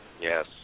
Yes